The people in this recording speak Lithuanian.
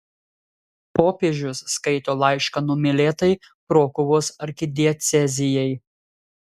popiežius skaito laišką numylėtai krokuvos arkidiecezijai